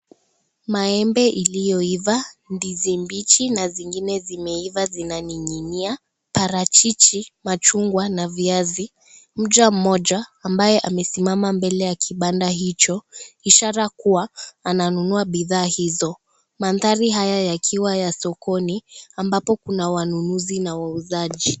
Maembe iliyoiva, ndizi mbichi na zingine zimeiva zinaning'inia, parachichi, machungwa, na viazi. Mja mmoja ambaye amesimama mbele ya kibanda hicho ishara kuwa ananunua bidhaa hizo. Mandhari haya yakiwa ya sokoni ambapo kuna wanunuzi na wauzaji.